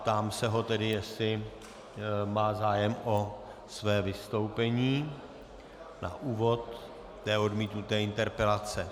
Ptám se ho tedy, jestli má zájem o své vystoupení na úvod odmítnuté interpelace.